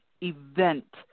event